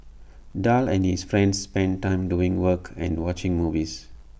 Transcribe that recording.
Daryl and his friends spent time doing work and watching movies